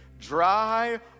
dry